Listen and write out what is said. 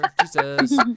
Jesus